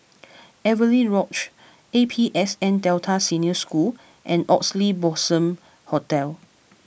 Avery Lodge A P S N Delta Senior School and Oxley Blossom Hotel